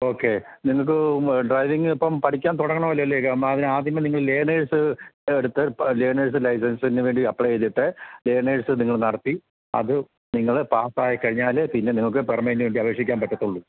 okay നിങ്ങള്ക്ക് driving ഇപ്പോള് പഠിക്കാൻ തടങ്ങണമല്ലോ അല്ലേ ആദ്യം നിങ്ങൾ ലേണേഴ്സ് എടുത്ത് ലേണേഴ്സ് ലൈസൻസിന് വേണ്ടി അപ്ലൈ ചെയ്തിട്ട് ലേണേഴ്സ് നിങ്ങൾ നടത്തി അതു നിങ്ങള് പാസ്സായിക്കഴിഞ്ഞാല്പ്പിന്നെ നിങ്ങള്ക്ക് പെര്മനെന്റിനുവേണ്ടി അപേക്ഷിക്കാൻ പറ്റത്തുള്ളൂ